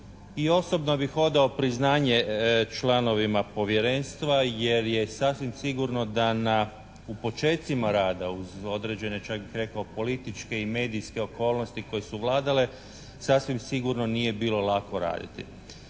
i osobno bih odao priznanje članovima povjerenstva jer je sasvim sigurno da na, u počecima rada uz određene čak bih rekao političke i medijske okolnosti koje su vladale sasvim sigurno nije bilo lako raditi.